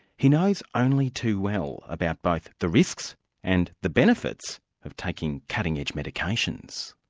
he knows only too well about both the risks and the benefits of taking cutting-edge medications.